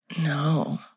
No